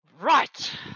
Right